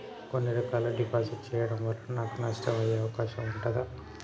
కొన్ని రకాల డిపాజిట్ చెయ్యడం వల్ల నాకు నష్టం అయ్యే అవకాశం ఉంటదా?